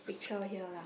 picture here lah